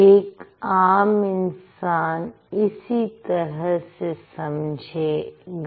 एक आम इंसान इसी तरह से समझेगा